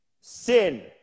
sin